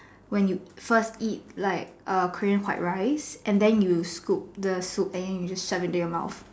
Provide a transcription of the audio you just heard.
when you first eat like err Korean white rice and then you scoop the soup and then you just shove it into your mouth